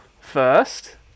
first